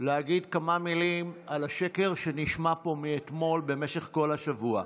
להגיד כמה מילים על השקר שנשמע פה מאתמול במשך כל השבוע.